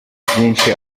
byinshi